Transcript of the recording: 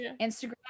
Instagram